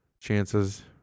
chances